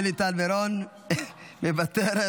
שלי טל מירון, מוותרת.